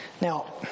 now